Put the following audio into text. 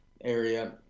area